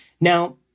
Now